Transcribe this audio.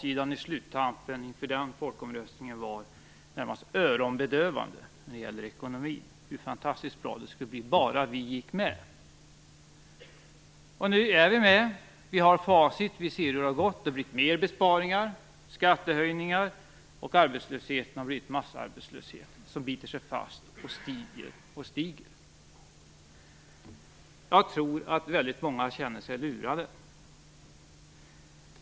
I sluttampen inför den folkomröstningen var löftena närmast öronbedövande om hur fantastiskt bra ekonomin skulle bli bara vi gick med i EU. Nu är vi med i EU. Vi har facit och kan se hur det har gått. Det har blivit mer besparingar och skattehöjningar, och arbetslösheten har övergått i massarbetslöshet som biter sig fast och stiger allt mer. Jag tror att väldigt många känner sig lurade.